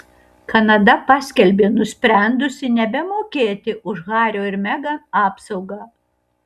kanada paskelbė nusprendusi nebemokėti už hario ir megan apsaugą